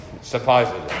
Supposedly